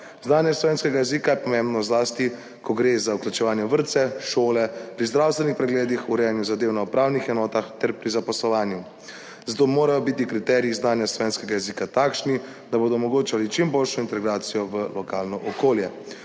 Znanje slovenskega jezika je pomembno zlasti, ko gre za vključevanje v vrtce, šole, pri zdravstvenih pregledih, urejanju zadev na upravnih enotah ter pri zaposlovanju. Zato morajo biti kriteriji znanja slovenskega jezika takšni, da bodo omogočali čim boljšo integracijo v lokalno okolje.